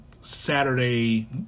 Saturday